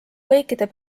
kõikide